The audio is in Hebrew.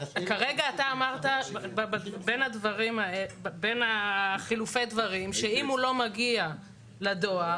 אתה אמרת כאן בחילופי הדברים שאם הוא לא מגיע לדואר,